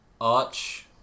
Arch